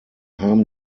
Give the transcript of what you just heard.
haben